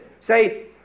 Say